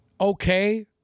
okay